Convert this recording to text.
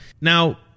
Now